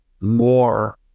more